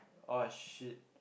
oh shit